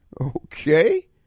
Okay